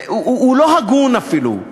הוא לא הגון אפילו,